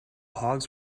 hogs